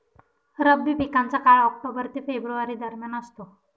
रब्बी पिकांचा काळ ऑक्टोबर ते फेब्रुवारी दरम्यान असतो